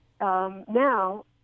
now